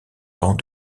camps